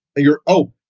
you're oh,